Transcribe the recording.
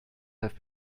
have